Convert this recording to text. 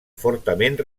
fortament